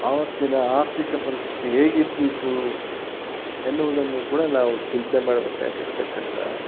ಆವತ್ತಿನ ಆರ್ಥಿಕ ಪರಿಸ್ಥಿತಿ ಹೇಗಿದ್ದೀತು ಎನ್ನುವುದನ್ನು ಕೂಡ ನಾವು ಚಿಂತೆ ಮಾಡಬೇಕಾಗಿರ್ತಕ್ಕಂಥ